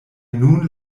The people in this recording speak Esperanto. nun